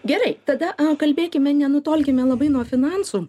gerai tada kalbėkime nenutolkime labai nuo finansų